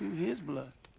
his blood.